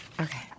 Okay